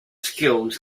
skills